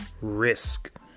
risk